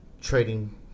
trading